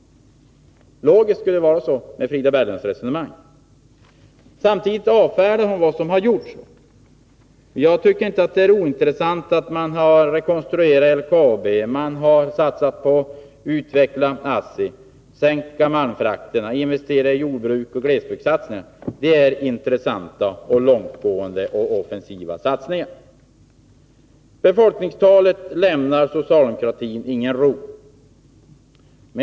Logiskt borde det förhålla sig på det sättet med tanke på Frida Berglunds resonemang. Samtidigt avfärdar Frida Berglund vad som har gjorts. Jag tycker inte att det är ointressant att LKAB har rekonstruerats, att det satsats på en utveckling av ASSI, på en sänkning av malmfrakterna och på jordbruket och glesbygden. Detta är de intressanta, långtgående och offensiva satsningarna. Befolkningstalet lämnar inte socialdemokratin någon ro.